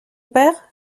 père